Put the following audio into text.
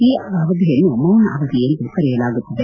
ಈ ಅವಧಿಯನ್ನು ಮೌನ ಅವಧಿ ಎಂದೂ ಕರೆಯಲಾಗುತ್ತದೆ